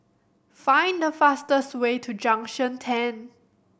find the fastest way to Junction Ten